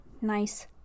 nice